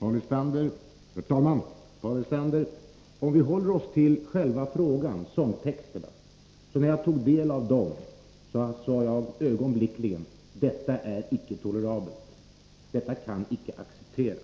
Herr talman! Paul Lestander! Om vi håller oss till själva frågan, sångtexterna, så sade jag ögonblickligen, när jag tog del av dem: Detta är icke tolerabelt. Detta kan icke accepteras.